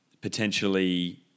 potentially